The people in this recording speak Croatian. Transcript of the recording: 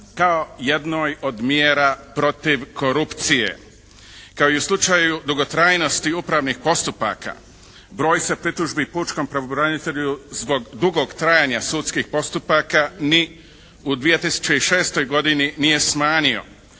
kao jednoj od mjera protiv korupcije. Kao i u slučaju dugotrajnosti upravnih postupaka, broj se pritužbi pučkom pravobranitelju zbog dugog trajanja sudskih postupaka ni u 2006. godini nije smanjio.